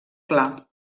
clar